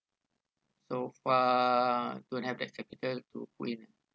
so far don't have that capital to win